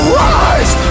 rise